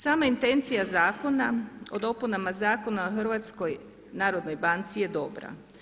Sama intencija Zakona o dopunama Zakona o HNB-u je dobra.